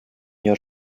your